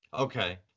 Okay